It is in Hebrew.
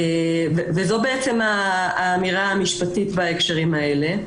זו האמירה המשפטית בהקשרים האלה.